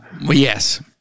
Yes